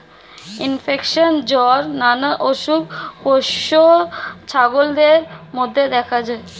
infection, জ্বর নানা অসুখ পোষ্য ছাগলদের মধ্যে দেখা যায়